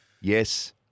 Yes